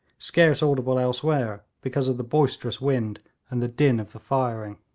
scarce audible elsewhere because of the boisterous wind and the din of the firing.